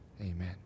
Amen